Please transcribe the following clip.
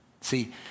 See